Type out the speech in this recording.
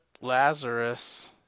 Lazarus